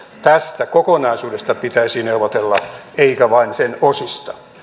tästä kokonaisuudesta pitäisi neuvotella eikä vain sen osista